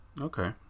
Okay